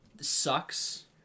sucks